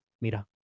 mira